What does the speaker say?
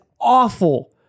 awful